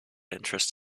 interests